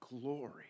glory